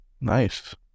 Nice